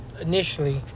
initially